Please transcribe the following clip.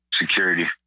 security